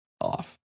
off